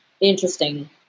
interesting